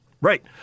Right